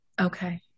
Okay